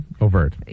Overt